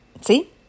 See